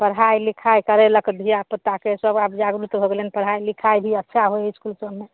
पढ़ाइ लिखाइ करेलक धिआपुताके सब आब जागरूक हो गेलै हँ पढ़ाइ लिखाइ भी अच्छा होइ हइ इसकुलसबमे